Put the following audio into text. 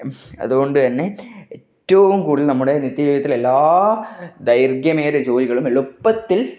അതുകൊണ്ട് തന്നെ ഏറ്റവും കൂടുതല് നമ്മുടെ നിത്യ ജീവിതത്തില് എല്ലാ ദൈര്ഘ്യമേറിയ ജോലികളും എളുപ്പത്തില്